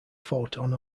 photon